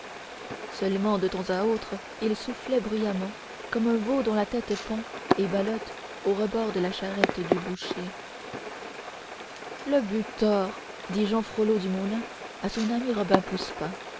seulement de temps à autre il soufflait bruyamment comme un veau dont la tête pend et ballotte au rebord de la charrette du boucher le butor dit jehan frollo du moulin à son ami robin poussepain